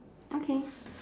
okay